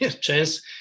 chance